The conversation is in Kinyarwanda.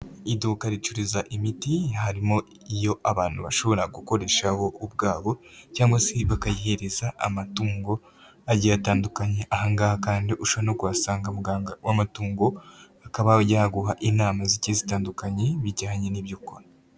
Iduka ricururiza imiti, harimo iyo abantu bashobora gukoresha bo ubwabo cyangwa se bakayihereza amatungo agiye atandukanye, ahangaha kandi ushobora no kuhasanga muganga w'amatungo, akaba yaguha inama zigiye zitandukanye, bijyanye n'ibyo ukora.